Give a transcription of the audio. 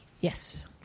Yes